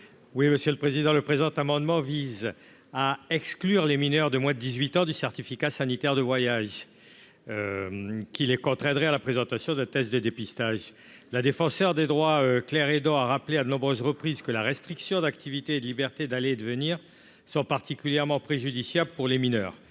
présenter l'amendement n° 7. Le présent amendement vise à exclure les mineurs de 18 ans du certificat sanitaire de voyage, qui les contraindrait à la présentation d'un test de dépistage. La Défenseure des droits, Mme Claire Hédon, a rappelé à de nombreuses reprises que les restrictions imposées à l'activité et à la liberté d'aller et venir sont particulièrement préjudiciables aux mineurs